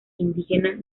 indígena